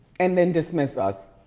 and then dismiss us.